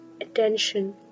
attention